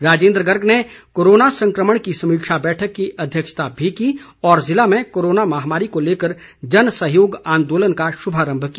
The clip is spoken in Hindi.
राजेन्द्र गर्ग ने कोरोना संक्रमण की समीक्षा बैठक की अध्यक्षता भी की और जिले में कोरोना महामारी को लेकर जनसहयोग आंदोलन का शुभारम्भ किया